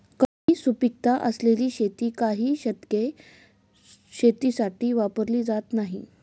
कमी सुपीकता असलेली शेती काही दशके शेतीसाठी वापरली जात नाहीत